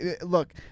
look